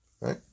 Right